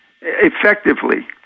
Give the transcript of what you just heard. effectively